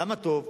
למה טוב?